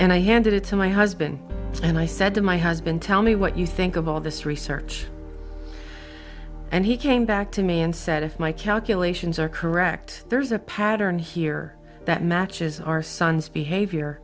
and i handed it to my husband and i said to my husband tell me what you think of all this research and he came back to me and said if my calculations are correct there's a pattern here that matches our son's behavior